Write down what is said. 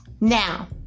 Now